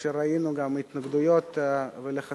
כאשר ראינו גם התנגדויות ולחצים